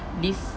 this